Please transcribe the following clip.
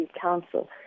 Council